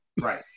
Right